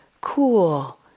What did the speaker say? cool